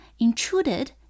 intruded